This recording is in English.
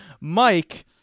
Mike